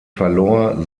verlor